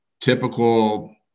typical